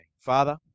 Father